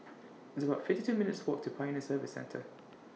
It's about fifty two minutes' Walk to Pioneer Service Centre